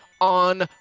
on